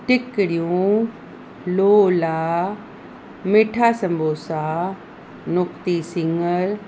टिकिड़ियूं लोला मिठा संबोसा नुक्ती सिङर